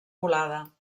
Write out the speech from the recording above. volada